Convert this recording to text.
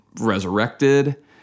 resurrected